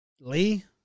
Lee